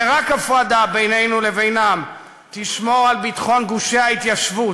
ורק הפרדה בינינו לבינם תשמור על ביטחון גושי ההתיישבות,